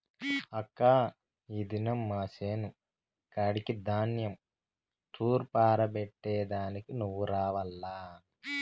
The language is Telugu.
అక్కా ఈ దినం మా చేను కాడికి ధాన్యం తూర్పారబట్టే దానికి నువ్వు రావాల్ల